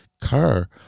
car